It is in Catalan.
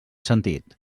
sentit